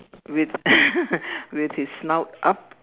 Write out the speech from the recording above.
with with his snout up